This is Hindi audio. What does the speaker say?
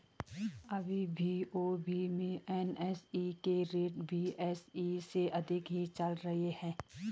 अभी बी.ओ.बी में एन.एस.ई के रेट बी.एस.ई से अधिक ही चल रहे हैं